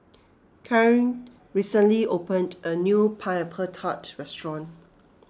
Cain recently opened a new Pineapple Tart restaurant